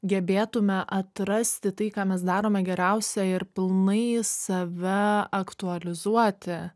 gebėtume atrasti tai ką mes darome geriausia ir pilnai save aktualizuoti